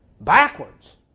Backwards